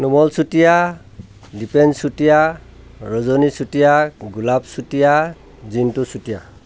Nomal Chutia Dipen Chutia Rajani Chutia Golap Chutia Jinto Chutia